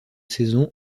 saisons